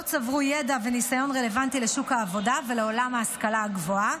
צברו ידע וניסיון רלוונטי לשוק העבודה ולעולם ההשכלה הגבוהה,